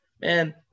Man